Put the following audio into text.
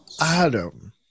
Adam